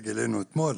גילינו את זה רק אתמול.